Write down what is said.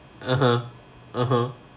(uh huh) (uh huh)